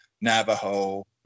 Navajo